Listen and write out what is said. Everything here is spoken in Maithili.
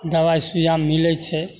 दबाइ सूइया मिलय छै